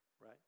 right